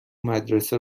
مدرسه